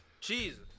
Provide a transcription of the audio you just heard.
Jesus